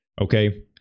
Okay